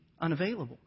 unavailable